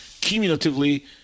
cumulatively